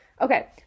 Okay